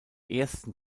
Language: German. ersten